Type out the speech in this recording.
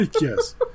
Yes